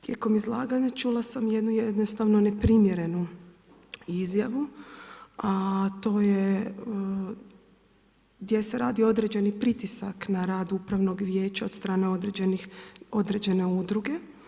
Tijekom izlaganja čula sam jednu jednostavnu neprimjerenu izjavu a to je gdje se radi određeni pritisak na rad upravnog vijeća od strane određene udruge.